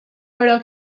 però